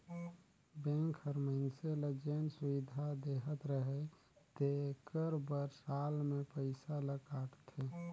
bank हर मइनसे ल जेन सुबिधा देहत अहे तेकर बर साल में पइसा ल काटथे